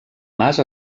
mas